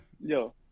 Yo